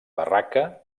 barraca